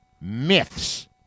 myths